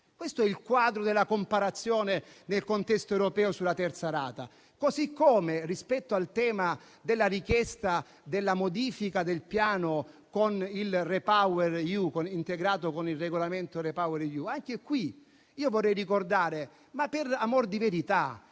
Questo è il quadro della comparazione, nel contesto europeo, sulla terza rata. Allo stesso modo, rispetto al tema della richiesta della modifica del piano, integrato con il regolamento REPowerEU, vorrei ricordare, per amor di verità,